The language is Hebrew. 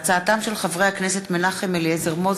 מאת חברי הכנסת אלעזר שטרן,